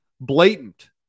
blatant